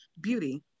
beauty